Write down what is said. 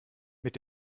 mit